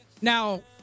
Now